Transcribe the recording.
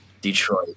Detroit